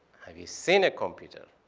have you seen a computer?